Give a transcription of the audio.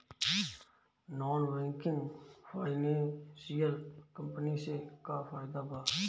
Non banking financial company से का फायदा बा?